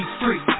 free